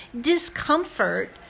discomfort